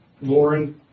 Lauren